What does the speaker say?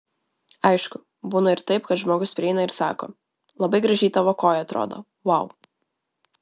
aišku būna ir taip kad žmogus prieina ir sako labai gražiai tavo koja atrodo vau